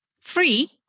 free